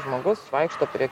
žmogus vaikšto prie